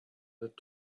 that